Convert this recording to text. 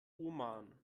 oman